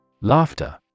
Laughter